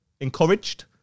encouraged